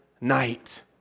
night